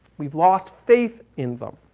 we've lost faith in them.